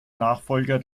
nachfolger